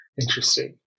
Interesting